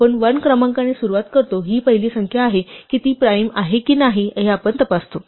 आपण 1 क्रमांकाने सुरुवात करतो ही पहिली संख्या आहे की ती प्राइम आहे किंवा नाही हे आपण तपासतो